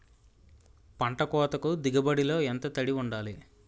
పంట కోతకు దిగుబడి లో ఎంత తడి వుండాలి?